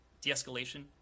de-escalation